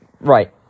Right